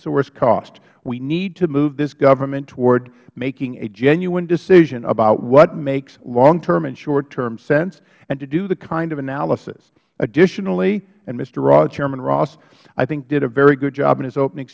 insourced costs we need to move this government toward making a genuine decision about what makes longterm and shortterm sense and to do the kind of analysis additionally and chairman ross i think did a very good job in his opening